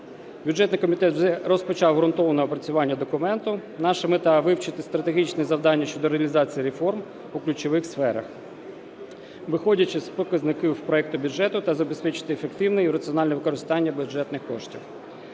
Бюджетний комітет вже розпочав ґрунтовне опрацювання документу. Наша мета – вивчити стратегічні завдання щодо реалізації реформ у ключових сферах, виходячи з показників проекту бюджету, та забезпечити ефективне і раціональне використання бюджетних коштів.